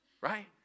right